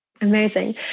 amazing